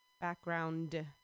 Background